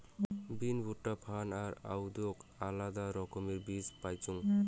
বিন, ভুট্টা, ফার্ন আর আদৌক আলাদা রকমের বীজ পাইচুঙ